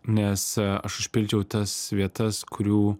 nes aš užpildžiau tas vietas kurių